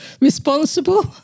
Responsible